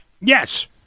Yes